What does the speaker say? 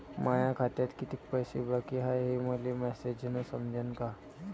माया खात्यात कितीक पैसे बाकी हाय हे मले मॅसेजन समजनं का?